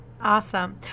Awesome